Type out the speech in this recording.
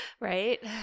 Right